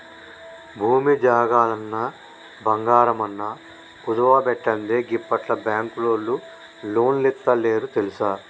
భూమి జాగలన్నా, బంగారమన్నా కుదువబెట్టందే గిప్పట్ల బాంకులోల్లు లోన్లిత్తలేరు తెల్సా